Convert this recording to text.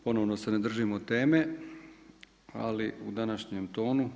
Ponovno se ne držimo teme, ali u današnjem tonu.